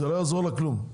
לא יעזור לה כלום.